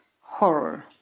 horror